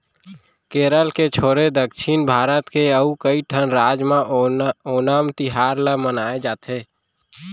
केरल के छोरे दक्छिन भारत के अउ कइठन राज म ओनम तिहार ल मनाए जाथे